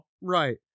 Right